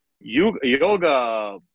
yoga